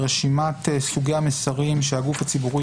ברשימת סוגי המסרים שהגוף הציבורי